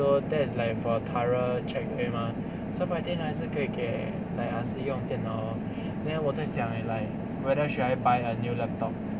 so that is like for thorough check 而已 mah so friday night 还是可以给 like ah si 用电脑 lor then 我在想 eh like whether should I buy a new laptop